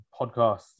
podcast